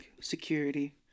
Security